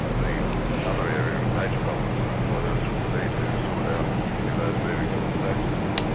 the other area of major problem for employers will be to sort out particularly those moving from the state system,